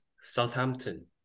Southampton